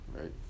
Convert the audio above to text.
right